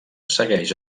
segueix